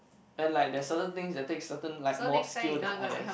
and like there're certain things that take certain like more skill than others